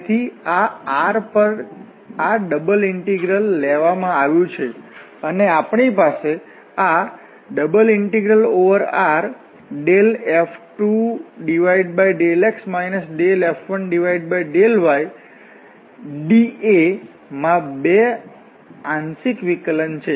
તેથી આ R પર આ ડબલ ઇન્ટિગ્રલ લેવામાં આવ્યું છે અને આપણી પાસે આ ∬RF2∂x F1∂ydA માં બે આંશિક વિકલન છે